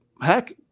heck